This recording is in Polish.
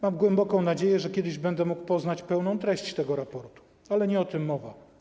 Mam głęboką nadzieję, że kiedyś będę mógł poznać pełną treść tego raportu, ale nie o tym mowa.